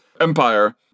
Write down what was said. empire